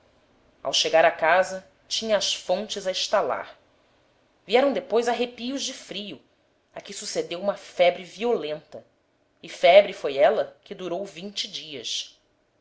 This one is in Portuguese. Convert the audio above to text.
ao chegar a casa tinha as fontes a estalar vieram depois arrepios de frio a que sucedeu uma febre violenta e febre foi ela que durou vinte dias